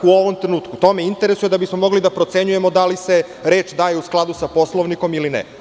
U ovom trenutku me to interesuje, da bismo mogli da procenjujemo da li se reč daje u skladu sa Poslovnikom ili ne?